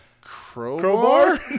crowbar